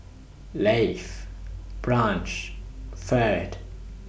Lafe Branch Ferd